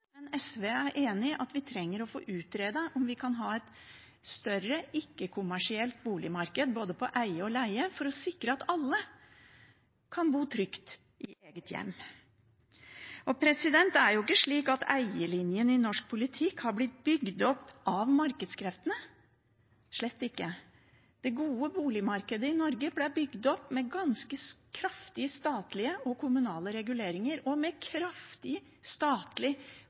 men SV mener at vi trenger å få utredet om vi kan ha et større, ikke-kommersielt boligmarked både på eie- og leiesiden for å sikre at alle kan bo trygt i eget hjem. Det er ikke slik at eierlinjen i norsk politikk er blitt bygd opp av markedskreftene – slett ikke. Det gode boligmarkedet i Norge ble bygd opp med ganske kraftige statlige og kommunale reguleringer og med